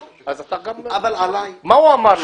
אם אני מבין אותו נכון,